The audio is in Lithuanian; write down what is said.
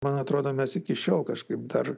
man atrodo mes iki šiol kažkaip dar